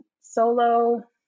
solo